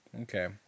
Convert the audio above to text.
Okay